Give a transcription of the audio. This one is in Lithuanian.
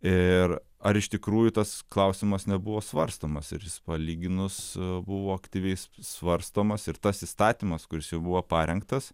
ir ar iš tikrųjų tas klausimas nebuvo svarstomas ir jis palyginus buvo aktyviai svarstomas ir tas įstatymas kuris jau buvo parengtas